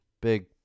big